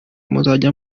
muzajya